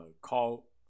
call